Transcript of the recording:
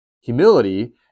Humility